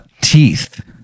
teeth